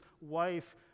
wife